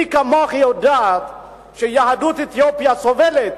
מי כמוך יודע שיהדות אתיופיה סובלת